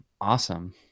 awesome